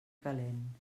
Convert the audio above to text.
calent